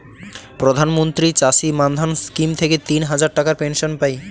প্রধান মন্ত্রী চাষী মান্ধান স্কিম থেকে তিন হাজার টাকার পেনশন পাই